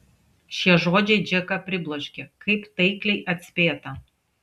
šie žodžiai džeką pribloškė kaip taikliai atspėta